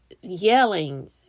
yelling